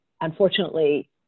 unfortunately